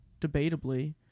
debatably